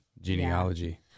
genealogy